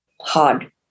hard